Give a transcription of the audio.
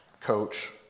coach